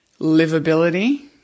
livability